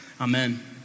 Amen